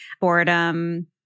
boredom